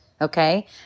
okay